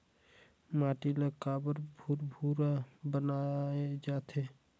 माटी ला काबर भुरभुरा बनाय जाथे?